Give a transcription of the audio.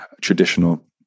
traditional